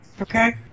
okay